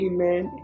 Amen